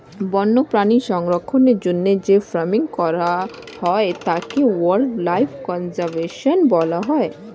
বন্যপ্রাণী সংরক্ষণের জন্য যে ফার্মিং করা হয় তাকে ওয়াইল্ড লাইফ কনজার্ভেশন বলা হয়